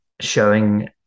showing